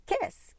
Kiss